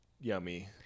yummy